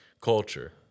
culture